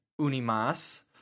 Unimas